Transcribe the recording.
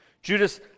Judas